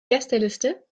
gästeliste